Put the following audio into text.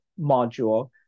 module